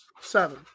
seven